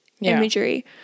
imagery